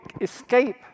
escape